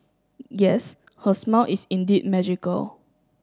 yes her smile is indeed magical